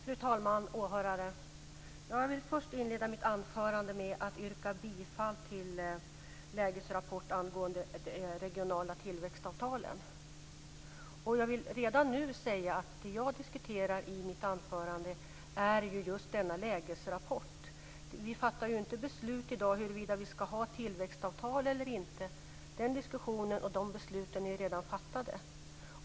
Fru talman och ni åhörare! Först yrkar jag bifall till utskottets hemställan i betänkandet Lägesrapport angående de regionala tillväxtavtalen. Redan nu vill jag säga att vad jag kommer att diskutera i mitt anförande är just denna lägesrapport. I dag fattar vi inte beslut om huruvida vi ska ha tillväxtavtal eller inte. Den diskussionen har ju redan varit och de besluten är redan fattade.